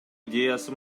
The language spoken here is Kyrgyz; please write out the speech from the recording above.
идеясы